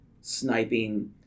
sniping